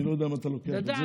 אני לא יודע אם אתה לוקח את זה,